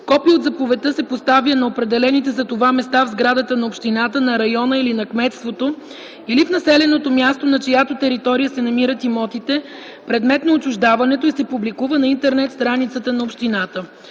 Копие от заповедта се поставя на определените за това места в сградата на общината, на района или на кметството, или в населеното място, на чиято територия се намират имотите, предмет на отчуждаването, и се публикува на интернет страницата на общината.”